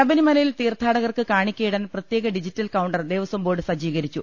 ശബരിമലയിൽ തീർത്ഥാടകർക്ക് കാണിക്കയിടാൻ പ്രത്യേക ഡിജിറ്റൽ കൌണ്ടർ ദേവസ്വം ബോർഡ് സജ്ജീകരിച്ചു